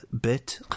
bit